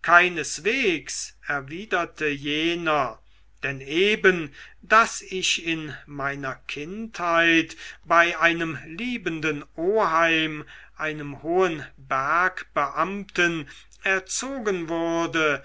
keineswegs erwiderte jener denn eben daß ich in meiner kindheit bei einem liebenden oheim einem hohen bergbeamten erzogen wurde